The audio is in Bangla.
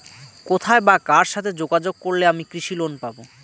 কোথায় বা কার সাথে যোগাযোগ করলে আমি কৃষি লোন পাব?